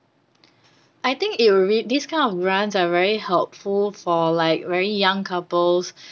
I think it rea~ this kind of grants are very helpful for like very young couples